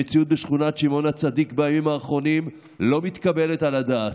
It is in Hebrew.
המציאות בשכונת שמעון הצדיק בימים האחרונים לא מתקבלת על הדעת.